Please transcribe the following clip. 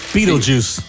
Beetlejuice